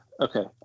okay